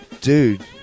Dude